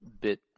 bit